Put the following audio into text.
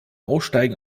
aussteigen